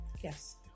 Yes